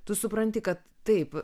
tu supranti kad taip